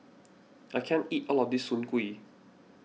I can't eat all of this Soon Kuih